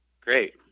great